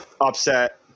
upset